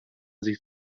sich